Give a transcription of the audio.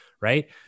right